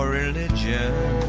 religion